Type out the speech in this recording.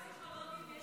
אבל לגבי הפסיכולוגים,